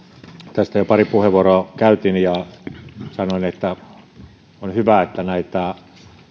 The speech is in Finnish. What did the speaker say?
tästä jo pari puheenvuoroa käytin ja sanoin että on hyvä että näitä